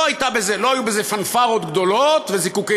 לא היו בזה פנפרות גדולות וזיקוקי